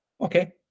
Okay